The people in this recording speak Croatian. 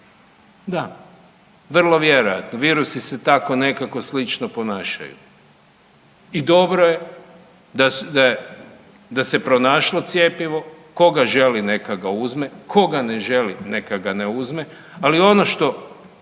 da vrlo vjerojatno virusi se tako nekako slično ponašaju. I dobro je da se pronašlo cjepivo, tko ga želi neka ga uzme, tko ga ne želi neka ga ne uzme, ali ono što